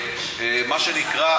תפסיק לחזור.